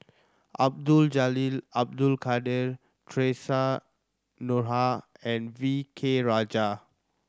Abdul Jalil Abdul Kadir Theresa Noronha and V K Rajah